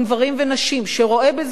שרואה בזה ערך יסוד.